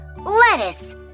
Lettuce